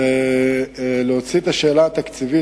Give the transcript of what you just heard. להוציא השאלה התקציבית,